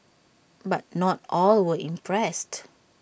but not all were impressed